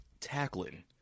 tackling